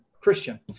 Christian